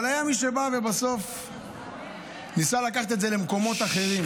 אבל היה מי שבא ובסוף ניסה לקחת את זה למקומות אחרים.